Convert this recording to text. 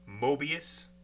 Mobius